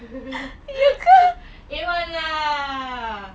A one lah